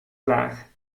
klaar